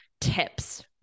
tips